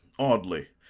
audley,